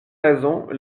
raisons